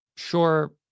sure